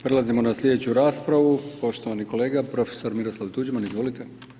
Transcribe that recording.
Prelazimo na sljedeću raspravu, poštovani kolega, profesor Miroslav Tuđman, izvolite.